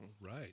right